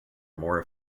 more